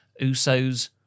Usos